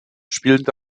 spielte